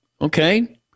Okay